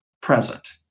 present